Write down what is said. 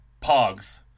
pogs